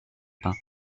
pins